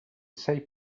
sei